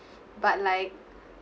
but like